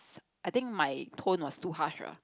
I think my tone was too harsh ah